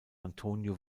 antonio